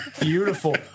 beautiful